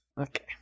Okay